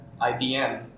IBM